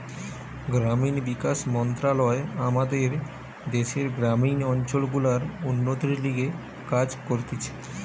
গ্রামীণ বিকাশ মন্ত্রণালয় আমাদের দ্যাশের গ্রামীণ অঞ্চল গুলার উন্নতির লিগে কাজ করতিছে